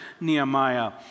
Nehemiah